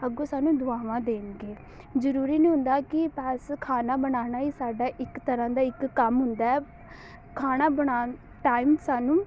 ਅੱਗੋਂ ਸਾਨੂੰ ਦੁਆਵਾਂ ਦੇਣਗੇ ਜ਼ਰੂਰੀ ਨਹੀਂ ਹੁੰਦਾ ਕਿ ਬਸ ਖਾਣਾ ਬਣਾਉਣਾ ਹੀ ਸਾਡਾ ਇੱਕ ਤਰ੍ਹਾਂ ਦਾ ਇੱਕ ਕੰਮ ਹੁੰਦਾ ਖਾਣਾ ਬਣਾਉਣ ਟਾਈਮ ਸਾਨੂੰ